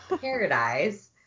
paradise